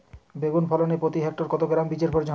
বেগুন ফলনে প্রতি হেক্টরে কত গ্রাম বীজের প্রয়োজন হয়?